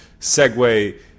segue